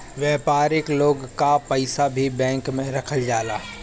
व्यापारिक लोग कअ पईसा भी बैंक में रखल जाला